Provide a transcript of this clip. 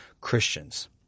Christians